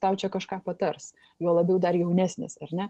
tau čia kažką patars juo labiau dar jaunesnis ar ne